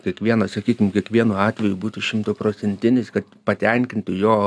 kiekvienas sakykim kiekvienu atveju būtų šimtaprocentinis kad patenkintų jo